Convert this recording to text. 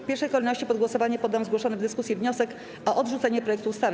W pierwszej kolejności pod głosowanie poddam zgłoszony w dyskusji wniosek o odrzucenie projektu ustawy.